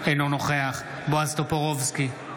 אינו נוכח בועז טופורובסקי,